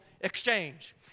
Exchange